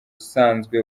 usanzwe